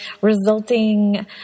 resulting